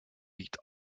liegt